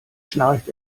schnarcht